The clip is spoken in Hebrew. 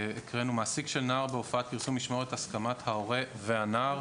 מעסיק של נער בהופעת פרסום ישמור את הסכמת ההורה והנער,